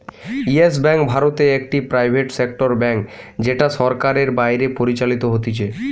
yes Bank ভারতে একটি private sector bank যেটা সরকারের বাইরে পরিচালিত হতিছে